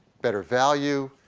better value.